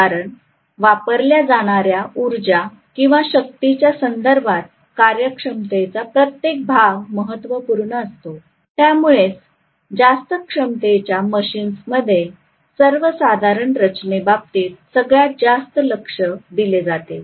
कारण वापरल्या जाणाऱ्या ऊर्जा किंवा शक्तीच्या संदर्भात कार्यक्षमतेचा प्रत्येक भाग महत्त्वपूर्ण असतो त्यामुळेच जास्त क्षमतेच्या मशीन्स मध्ये सर्वसाधारण रचनेबाबतीत सगळ्यात जास्त लक्ष दिले जाते